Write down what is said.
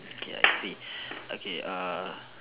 okay I see okay err